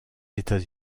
états